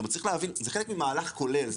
צריך להבין, זה חלק ממהלך כולל.